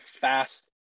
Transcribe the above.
fast